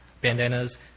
bandanas